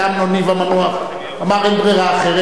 אמנון ניב המנוח אמר: אין ברירה אחרת.